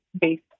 based